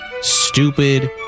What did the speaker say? stupid